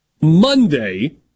Monday